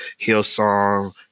Hillsong